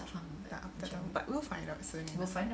entah aku tak tahu but we'll find out soon